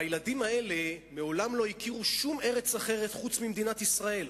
והילדים האלה מעולם לא הכירו שום ארץ אחרת חוץ ממדינת ישראל.